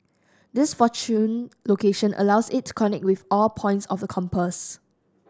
this fortunate location allows it to connect with all points of the compass